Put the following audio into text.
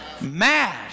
Mad